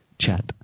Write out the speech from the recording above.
chat